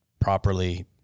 properly